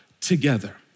together